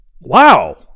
wow